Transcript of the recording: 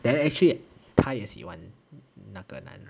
then actually 她也喜欢那个男人